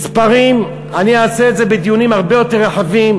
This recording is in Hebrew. למספרים, אני אעשה את זה בדיונים הרבה יותר רחבים,